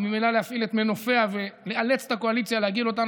וממילא להפעיל את מנופיה ולאלץ את הקואליציה להגיע לאותן